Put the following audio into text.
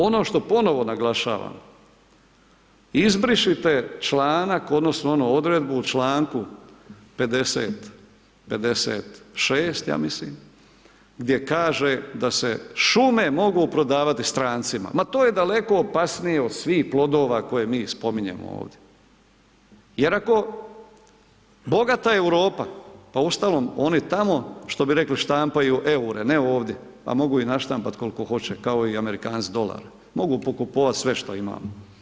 Ono što ponovo naglašavam, izbrišite članak odnosno onu odredbu u članku 56., ja mislim, gdje kaže da se šume mogu prodavati strancima, ma to je daleko opasnije od svih plodova koje mi spominjemo ovdje, jer ako bogata Europa, pa uostalom oni tamo što bi rekli štampaju EUR-e, ne ovdje, a mogu ih naštampati koliko hoće, kao i Amerikanci dolare, mogu pokupovat sve što imamo.